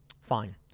Fine